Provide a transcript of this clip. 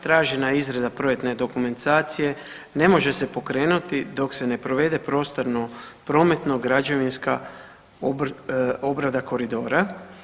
Tražena izrada projektne dokumentacije ne može se pokrenuti dok se ne provede prostorno-prometno-građevinska obrada koridora.